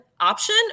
option